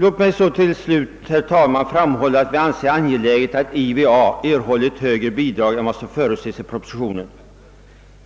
Låt mig till slut, herr talman, framhålla att vi anser det angeläget att IVA får ett högre bidrag än det som föreslagits i propositionen.